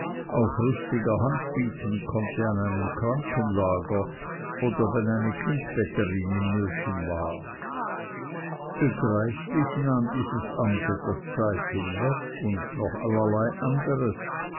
auch rüstiger hand bieten konnte an einem krankenlager oder wenn eine kindbetterin in nöten war begreiflich nahm dieses amt etwas zeit hinweg und noch allerlei anderes